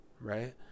right